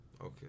Okay